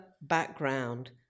background